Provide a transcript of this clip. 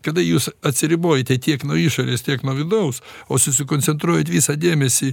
kada jūs atsiribojate tiek nuo išorės tiek nuo vidaus o susikoncentruojat visą dėmesį